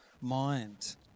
mind